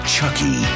Chucky